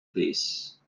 base